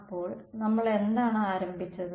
അപ്പോൾ നമ്മൾ എന്താണ് ആരംഭിച്ചത്